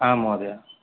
आं महोदये